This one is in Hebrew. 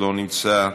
לא נמצא,